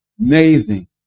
Amazing